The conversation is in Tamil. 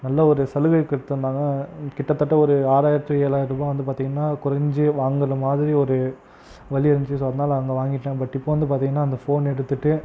நல்ல ஒரு சலுகை கொடுத்துருந்தாங்க கிட்டத்தட்ட ஒரு ஆறாயிரம் டு ஏழாயிரரூபா வந்து பார்த்திங்கன்னா கொறைஞ்சு வாங்குகிற மாதிரி ஒரு வழி இருந்துச்சு ஸோ அதனால் வாங்கிட்டேன் பட் இப்போது வந்து பார்த்திங்கன்னா அந்த ஃபோன் எடுத்துட்டு